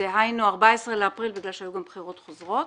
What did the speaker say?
דהיינו, עד 14 באפריל בגלל שהיו גם בחירות חוזרות.